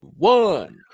one